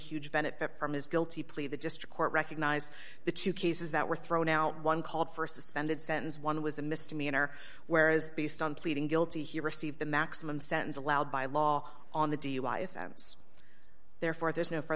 huge benefit from his guilty plea the district court recognized the two cases that were thrown out one called for a suspended sentence one was a misdemeanor where is based on pleading guilty he received the maximum sentence allowed by law on the dui offense therefore there is no f